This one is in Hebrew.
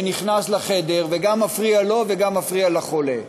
שנכנס לחדר וגם מפריע לו וגם מפריע לחולה.